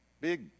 Big